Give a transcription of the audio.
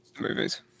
movies